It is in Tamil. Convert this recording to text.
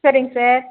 சரிங்க சார்